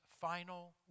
final